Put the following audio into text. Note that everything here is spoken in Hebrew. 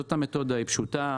זאת המתודה, היא פשוטה,